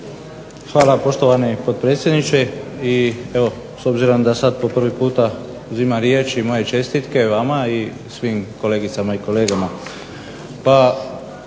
Hvala poštovani potpredsjedniče. I evo s obzirom da sad po prvi puta uzimam riječ i moje čestitke vama i svim kolegicama i kolegama.